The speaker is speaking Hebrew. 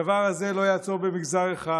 הדבר הזה לא יעצור במגזר אחד,